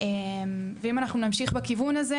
עשינו את זה,